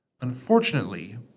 Unfortunately